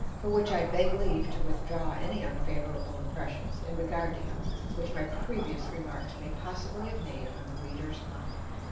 for which i beg leave to withdraw any unfavorable impressions in regard to him which my previous remarks may possibly have made on the reader's mind.